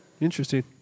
Interesting